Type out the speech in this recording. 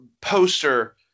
poster